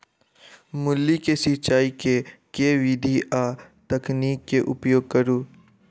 मूली केँ सिचाई केँ के विधि आ तकनीक केँ उपयोग करू?